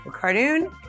Cardoon